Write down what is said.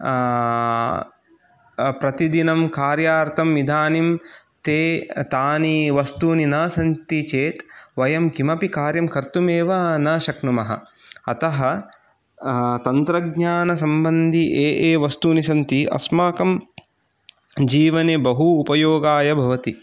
प्रतिदिनं कार्यार्थम् इदानीं ते तानि वस्तूनि न सन्ति चेत् वयं किमपि कार्यं कर्तुमेव न शक्नुमः अतः तत्रज्ञानसम्बन्धि ये ये वस्तूनि सन्ति अस्माकं जीवने बहु उपयोगाय भवति